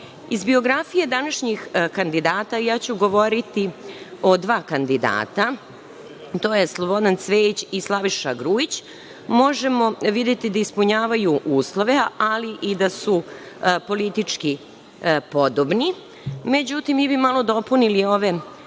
biografije današnjih kandidata, ja ću govoriti o dva kandidata, to je Slobodan Cvejić i Slaviša Grujić. Možemo videti da ispunjavaju uslove, ali i da su politički podobni. Međutim, mi bi malo dopunili ove biografije